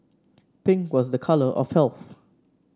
pink was a colour of health